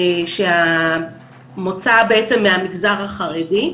שהמוצא בעצם מהמגזר החרדי.